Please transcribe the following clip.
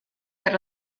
per